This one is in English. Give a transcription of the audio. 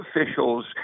officials